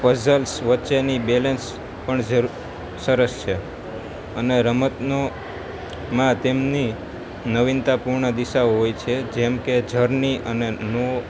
puzzles વચ્ચેની balance પણ સરસ સે અને રમતનોમાં તેમની નવીનતા પૂર્ણ દિશાઓ હોય છે જેમ કે ઝરની અને નો